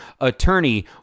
attorney